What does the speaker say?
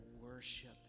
worship